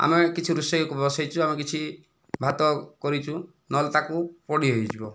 ଆମେ କିଛି ରୋଷେଇ ବସାଇଛୁ ଆମେ କିଛି ଭାତ କରିଛୁ ନହେଲେ ତାକୁ ପୋଡ଼ି ହୋଇଯିବ